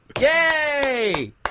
Yay